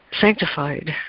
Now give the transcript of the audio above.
sanctified